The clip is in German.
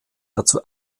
dazu